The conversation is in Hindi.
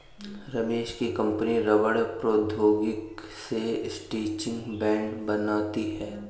रमेश की कंपनी रबड़ प्रौद्योगिकी से स्ट्रैचिंग बैंड बनाती है